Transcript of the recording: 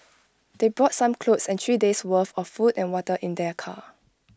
they brought some clothes and three days' worth of food and water in their car